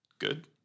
Good